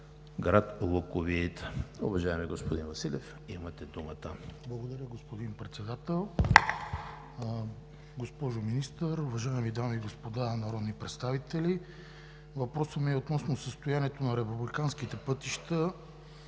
Въпросът ми е относно състоянието на републикански пътища